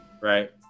right